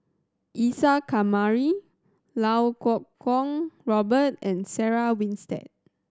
Isa Kamari Lau Kuo Kwong Robert and Sarah Winstedt